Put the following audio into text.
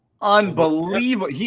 Unbelievable